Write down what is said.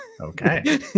okay